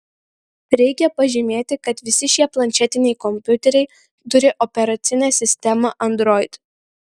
reikia pažymėti kad visi šie planšetiniai kompiuteriai turi operacinę sistemą android